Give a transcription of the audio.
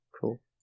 Cool